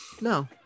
No